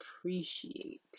appreciate